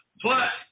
Plus